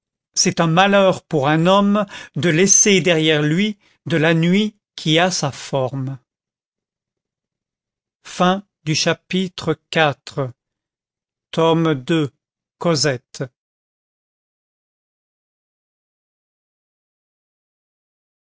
c'est un malheur pour un homme de laisser derrière lui de la nuit qui a sa forme chapitre